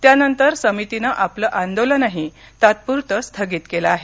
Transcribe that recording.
त्यानंतर समितीनं आपलं आंदोलनही तात्पुरतं स्थगित केलं आहे